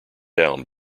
down